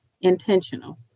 intentional